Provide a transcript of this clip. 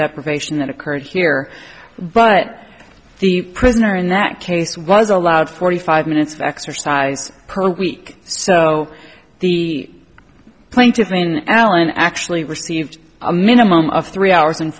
deprivation that occurred here but the prisoner in that case was allowed forty five minutes of exercise per week so the plaintiffs mean allen actually received a minimum of three hours and